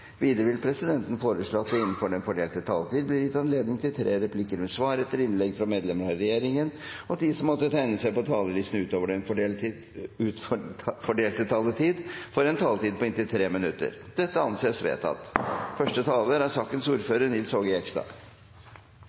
Videre vil presidenten foreslå at det blir gitt anledning til tre replikker med svar etter innlegg fra medlem av regjeringen innenfor den fordelte taletid, og at de som måtte tegne seg på talerlisten utover den fordelte taletid, får en taletid på inntil 3 minutter. – Det anses vedtatt.